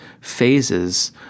phases